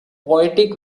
poetic